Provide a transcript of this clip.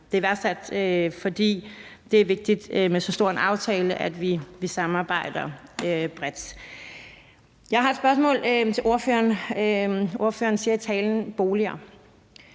Det er værdsat, fordi det med så stor en aftale er vigtigt, at vi samarbejder bredt. Jeg har et spørgsmål til ordføreren. Ordføreren nævner i talen boliger.